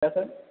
क्या सर